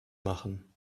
machen